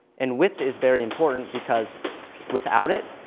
and width is very important because without it,